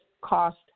cost